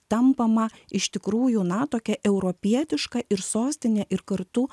tampama iš tikrųjų na tokia europietiška ir sostinė ir kartu